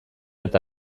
eta